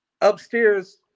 upstairs